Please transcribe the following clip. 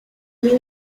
new